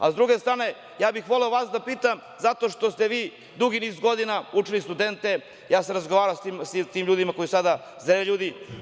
Ali, sa druge strane, ja bih voleo vas da pitam, zato što ste vi dugi niz godina učili studente, razgovarao sam sa tim ljudima koji su sada zreli ljudi.